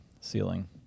Ceiling